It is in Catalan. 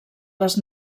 les